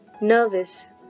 nervous